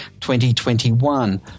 2021